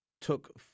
took